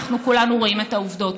אנחנו כולנו רואים את העובדות.